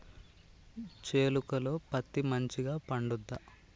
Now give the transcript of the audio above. చేలుక లో పత్తి మంచిగా పండుద్దా?